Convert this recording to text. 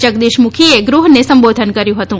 જગદીશ મુખીએ ગૃહને સંબોધન કર્યું હતું